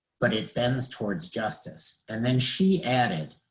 but it bends towards justice, and then she added,